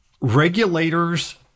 Regulators